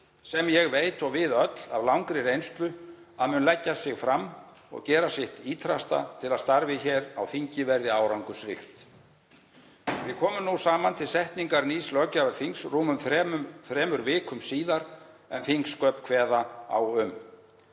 sem ég veit, og við öll, af langri reynslu að mun leggja sig fram og gera sitt ýtrasta til að starfið hér á þingi verði árangursríkt. Við komum nú saman til setningar nýs löggjafarþings rúmum þremur vikum síðar en þingsköp kveða á um.